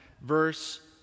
verse